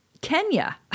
Kenya